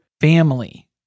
family